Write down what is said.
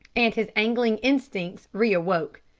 and his angling instincts re-awoke.